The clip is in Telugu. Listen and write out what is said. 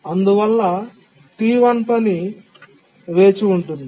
అందువలన T1 పని వేచి ఉంటుంది